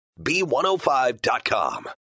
B105.com